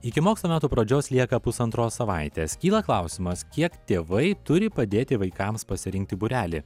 iki mokslo metų pradžios lieka pusantros savaitės kyla klausimas kiek tėvai turi padėti vaikams pasirinkti būrelį